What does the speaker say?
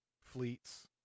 fleets